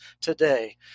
today